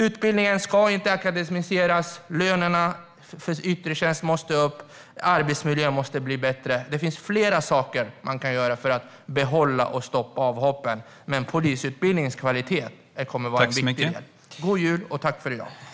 Utbildningen ska inte akademiseras, lönerna för yttre tjänst måste upp och arbetsmiljön måste bli bättre - det finns flera saker man kan göra för att behålla folk och stoppa avhoppen, men polisutbildningens kvalitet kommer att vara en viktig del. Tack för i dag, och god jul!